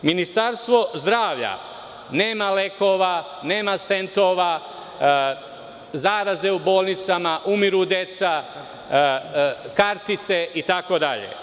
Ministarstvo zdravlja nema lekova, nema stentova, zaraze su u bolnicama, umiru deca, kartice itd.